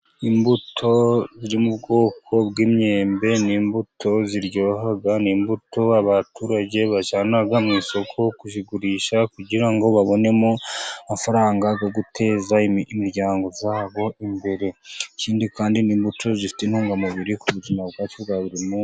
Imbuto zo mu bwoko bw'imyembe ni imbuto ziryoha, ni imbuto abaturage bajyana mu isoko kuzigurisha kugira ngo babonemo amafaranga yo guteza imiryango yabo imbere, ikindi kandi ni imbuto zifite intungamubiri ku buzima bwacu bwa buri munsi.